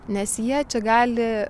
nes jie čia gali